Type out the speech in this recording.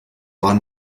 war